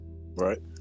Right